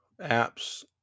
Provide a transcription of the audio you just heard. apps